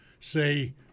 say